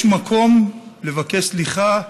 יש מקום לבקש סליחה,